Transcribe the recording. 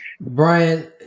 Brian